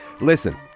Listen